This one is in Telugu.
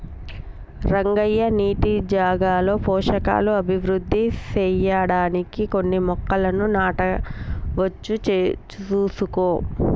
రంగయ్య నీటి జాగాలో పోషకాలు అభివృద్ధి సెయ్యడానికి కొన్ని మొక్కలను నాటవచ్చు సూసుకో